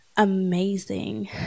amazing